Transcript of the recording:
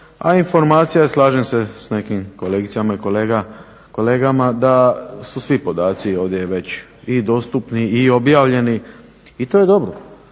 a informacija, slažem se s nekim kolegicama i kolegama da su svi podaci ovdje već i dostupni i objavljeni. I to je dobro,